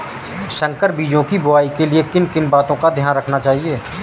संकर बीजों की बुआई के लिए किन किन बातों का ध्यान रखना चाहिए?